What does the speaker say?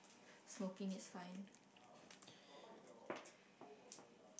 smoking it's fine